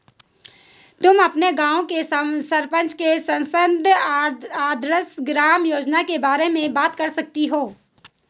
तुम अपने गाँव के सरपंच से सांसद आदर्श ग्राम योजना के बारे में बात कर सकती हो